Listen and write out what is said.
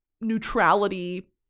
neutrality